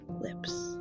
lips